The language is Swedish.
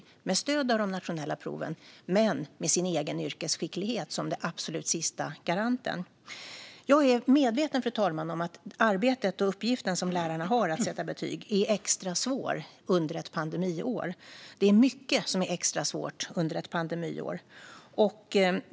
Det görs med stöd av de nationella proven men med den egna yrkesskickligheten som den absolut sista garanten. Jag är medveten om att lärarnas arbete med och uppgift att sätta betyg är extra svår under ett pandemiår, fru talman. Det är mycket som är extra svårt under ett pandemiår.